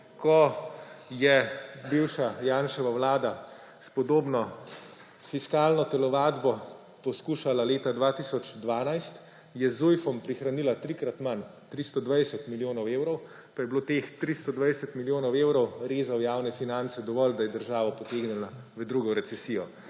Ko je bivša Janševa vlada s podobno fiskalno telovadbo poskušala leta 2012, je z Zujfom prihranila trikrat manj, 320 milijonov evrov, pa je bilo teh 320 milijonov evrov reza v javne finance dovolj, da je državo potegnila v drugo recesijo.